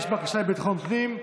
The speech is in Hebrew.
יש בקשה לביטחון פנים.